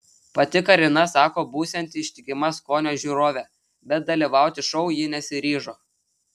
pati karina sako būsianti ištikima skonio žiūrovė bet dalyvauti šou ji nesiryžo